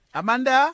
Amanda